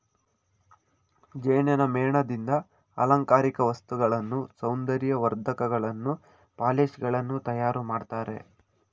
ಜೇನಿನ ಮೇಣದಿಂದ ಅಲಂಕಾರಿಕ ವಸ್ತುಗಳನ್ನು, ಸೌಂದರ್ಯ ವರ್ಧಕಗಳನ್ನು, ಪಾಲಿಶ್ ಗಳನ್ನು ತಯಾರು ಮಾಡ್ತರೆ